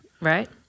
Right